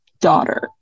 daughter